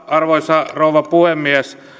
arvoisa rouva puhemies